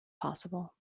possible